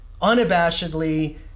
unabashedly